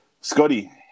Scotty